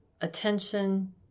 attention